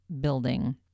building